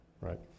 right